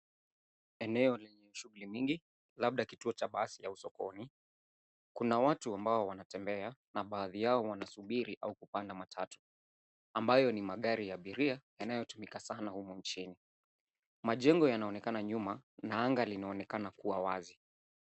Eneo lenye shughui mingi, labda kituo cha basi au sokoni. Kuna watu ambao wanatembea, na baadhi yao wanasubiri au kupanda matatu, ambayo ni magari ya abiria, yanayotumika sana humu nchini. Majengo yanaonekana nyuma na anga linaonekana kua wazi.